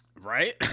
Right